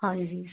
ਹਾਂਜੀ